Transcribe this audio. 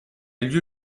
lieu